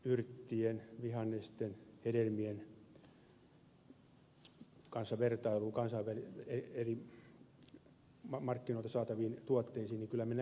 kun verrataan meidän luonnontuotteitamme marjoja yrttejä vihanneksia hedelmiä kansainvälisiltä markkinoilta saataviin tuotteisiin niin kyllä me näissä asioissa pärjäämme